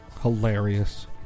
Hilarious